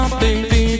baby